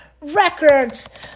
records